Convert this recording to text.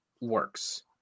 works